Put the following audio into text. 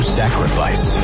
sacrifice